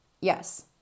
Yes